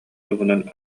туһунан